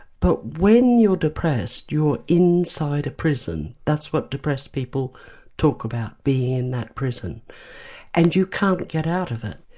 but when you're depressed you're inside a prison. that's what depressed people talk about, being in that prison and you can't get out of it.